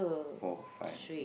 four five